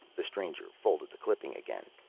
the stranger folded the clipping again,